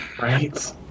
Right